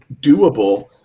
doable